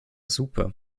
super